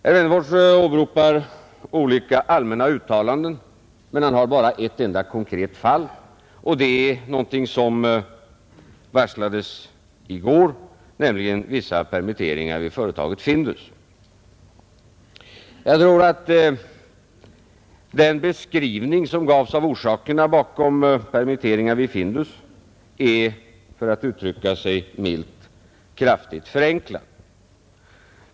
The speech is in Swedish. Herr Wennerfors åberopar olika allmänna uttalanden, men han har ett enda konkret fall, nämligen att företaget Findus i går varslade om vissa permitteringar. Jag tror att den beskrivning som gavs av orsakerna till permitteringarna vid Findus är, för att uttrycka mig milt, kraftigt förenklad.